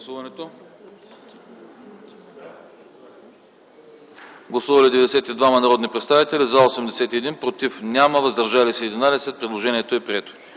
Гласували 94 народни представители: за 91, против няма, въздържали се 3. Предложението е прието,